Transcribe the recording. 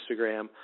Instagram